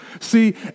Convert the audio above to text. See